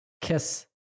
kiss